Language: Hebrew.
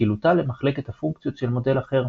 ושקילותה למחלקת הפונקציות של מודל אחר.